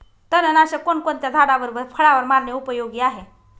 तणनाशक कोणकोणत्या झाडावर व फळावर मारणे उपयोगी आहे?